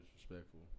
disrespectful